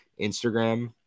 Instagram